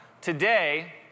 Today